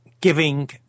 giving